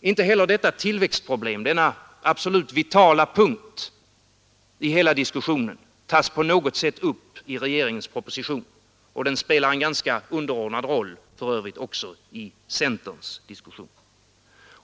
Inte heller detta tillväxtproblem, denna absolut vitala punkt i hela diskussionen, tas på något sätt upp i regeringens proposition, och den spelar för övrigt en genska underordnad roll även i centerns diskussion.